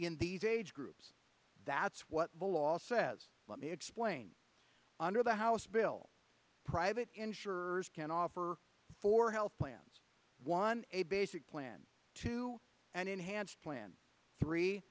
in these age groups that's what the law says let me explain under the house bill private insurers can offer for health plans one a basic plan to an enhanced plan three